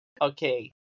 Okay